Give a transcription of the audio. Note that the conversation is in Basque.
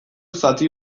zati